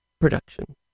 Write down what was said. Production